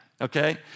okay